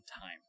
time